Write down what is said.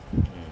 mm